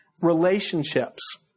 relationships